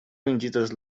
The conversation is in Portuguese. vendidas